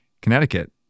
Connecticut